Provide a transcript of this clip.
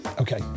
Okay